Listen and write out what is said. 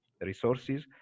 resources